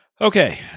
Okay